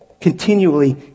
continually